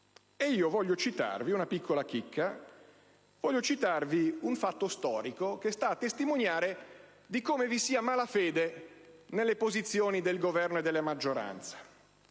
Voglio citarvi una piccola chicca, un fatto storico che sta a testimoniare come vi sia malafede nelle posizioni del Governo e della maggioranza,